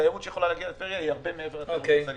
התיירות שיכולה להגיע לטבריה היא הרבה מעבר לתיירות הצליינית.